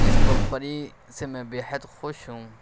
اس company سے میں بےحد خوش ہوں